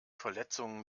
verletzungen